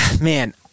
man